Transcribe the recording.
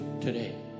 today